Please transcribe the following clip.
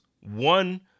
One